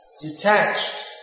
detached